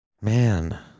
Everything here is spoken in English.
Man